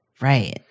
right